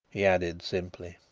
he added simply.